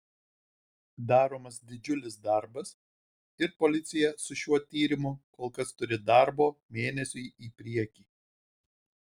daromas didžiulis darbas ir policija su šiuo tyrimu kol kas turi darbo mėnesiui į priekį